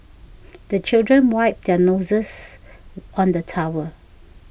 the children wipe their noses on the towel